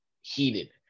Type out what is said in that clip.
heated